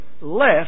less